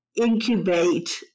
incubate